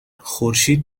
خورشید